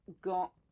got